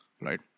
Right